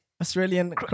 Australian